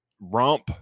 romp